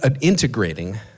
integrating